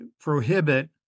prohibit